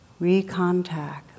recontact